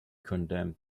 condemned